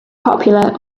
popular